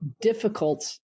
difficult